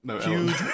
huge